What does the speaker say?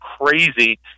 crazy